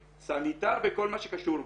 סניטר וכל מה שקשור בזה.